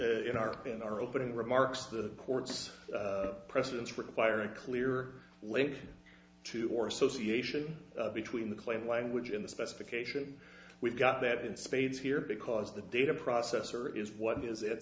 in our in our opening remarks the court's precedents require a clear link to or association between the claim language in the specification we've got that in spades here because the data processor is what is